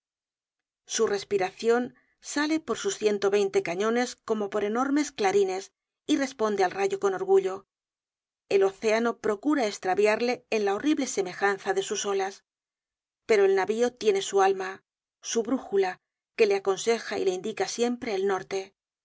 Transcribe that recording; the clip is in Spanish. su respiracion sale por sus ciento veinte cañones como por enormes clarines y responde al rayo con orgullo el océano procura estraviarle en la horrible semejanza de sus olas pero el navio tiene su alma su brújula que le aconseja y le indica siempre el norte